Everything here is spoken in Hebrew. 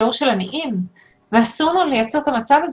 דור של עניים ואסור לנו לייצר את המצב הזה.